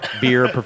beer